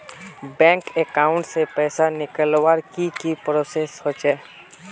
Bank account से पैसा निकालवर की की प्रोसेस होचे?